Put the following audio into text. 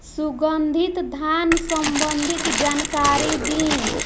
सुगंधित धान संबंधित जानकारी दी?